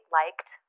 liked